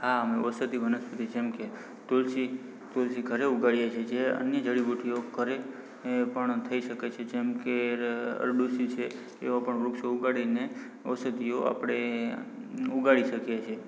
હા અમે ઔષધિ વનસ્પતિ જેમકે તુલસી તુલસી ઘરે ઉગાડીએ છીએ જે અન્ય જડીબુટ્ટી ઘરે પણ થઇ શકે છે જેમ કે ર અરડુશી છે એવાં પણ વૃક્ષો ઉગાડીને ઔષધીઓ આપણે ઉગાડી શકીએ છીએ